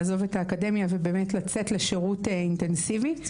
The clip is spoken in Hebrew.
לעזוב את האקדמיה ובאמת לצאת לשירות אינטנסיבי,